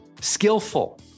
skillful